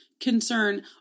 concern